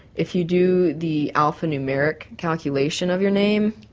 if you do the alpha numeric calculation of your name,